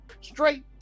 Straight